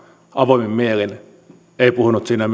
avoimin mielin ei puhunut siinä